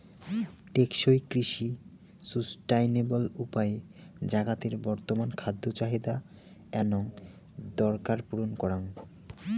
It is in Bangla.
টেকসই কৃষি সুস্টাইনাবল উপায়ে জাগাতের বর্তমান খাদ্য চাহিদা এনং দরকার পূরণ করাং